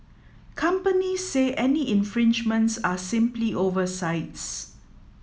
companies say any infringements are simply oversights